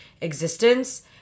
existence